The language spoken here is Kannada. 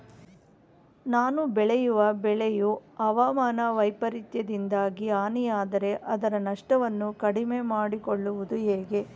ನಾನು ಬೆಳೆಯುವ ಬೆಳೆಯು ಹವಾಮಾನ ವೈಫರಿತ್ಯದಿಂದಾಗಿ ಹಾನಿಯಾದರೆ ಅದರ ನಷ್ಟವನ್ನು ಕಡಿಮೆ ಮಾಡಿಕೊಳ್ಳುವುದು ಹೇಗೆ?